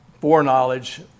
foreknowledge